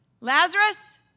Lazarus